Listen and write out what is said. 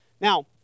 Now